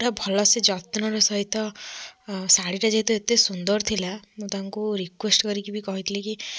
ପୁରା ଭଲ ସେ ଯତ୍ନର ସହିତ ଶାଢ଼ୀଟା ଯେହେତୁ ଏତେ ସୁନ୍ଦର ଥିଲା ମୁଁ ତାଙ୍କୁ ରିକ୍ୟୁଏଷ୍ଟ କରିକି ବି କହିଥିଲି କି